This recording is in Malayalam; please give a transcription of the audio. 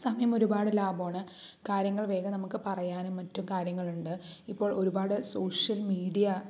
സമയം ഒരുപാട് ലാഭമാണ് കാര്യങ്ങൾ വേഗം നമുക്ക് പറയാനും മറ്റും കാര്യങ്ങളുണ്ട് ഇപ്പോൾ ഒരുപാട് സോഷ്യൽ മീഡിയ